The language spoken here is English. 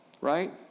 Right